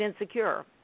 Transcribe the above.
insecure